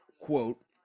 quote